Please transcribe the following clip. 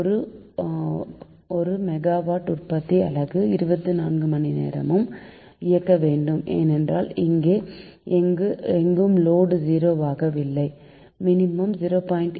ஒரு 1 மெகாவாட் உற்பத்தி அலகு 24 மணிநேரமும் இயங்க வேண்டும் ஏனெனில் இங்கே எங்கும் லோடு 0 ஆகவில்லை மினிமம் 0